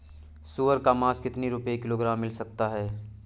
सुअर का मांस कितनी रुपय किलोग्राम मिल सकता है?